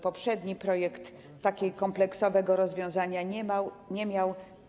Poprzedni projekt takiego kompleksowego rozwiązania nie miał.